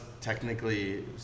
technically